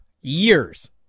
years